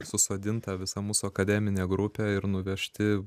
susodinta visa mūsų akademinė grupė ir nuvežti